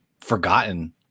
forgotten